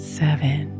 seven